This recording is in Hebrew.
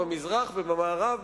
במזרח ובמערב,